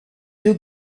deux